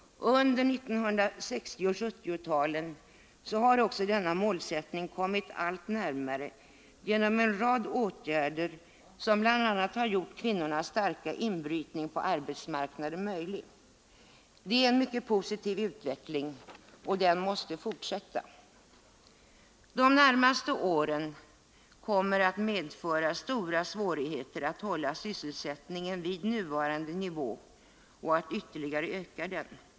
Under 1960 och 1970-talen har också denna målsättning kommit allt närmare genom en rad åtgärder, som bl.a. har gjort kvinnornas starka inbrytning på arbetsmarknaden möjlig. Det är en mycket positiv utveckling och den måste fortsätta. De närmaste åren kommer att medföra stora svårigheter att hålla sysselsättningen vid nuvarande nivå och att ytterligare öka den.